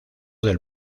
del